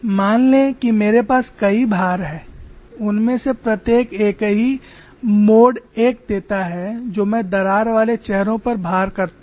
मान लें कि मेरे पास कई भार हैं उनमें से प्रत्येक एक ही मोड I देता है जो मैं दरार वाले चेहरों पर भार करता हूं